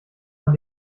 man